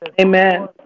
Amen